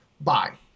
bye